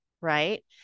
right